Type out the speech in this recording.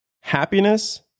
happiness